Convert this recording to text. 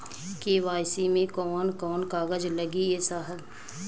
KYC मे कवन कवन कागज लगी ए साहब?